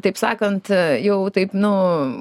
taip sakant jau taip nu